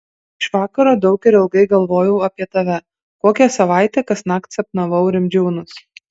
iš vakaro daug ir ilgai galvojau apie tave kokią savaitę kasnakt sapnavau rimdžiūnus